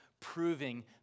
proving